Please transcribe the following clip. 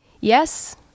Yes